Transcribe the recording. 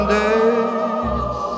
days